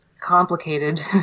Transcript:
complicated